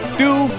two